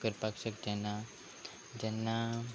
करपाक शकचेना जेन्ना